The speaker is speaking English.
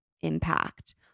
impact